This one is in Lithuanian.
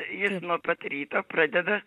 jis nuo pat ryto pradeda